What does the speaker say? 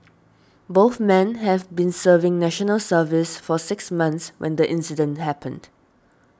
both men have been serving National Service for six months when the incident happened